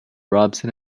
robson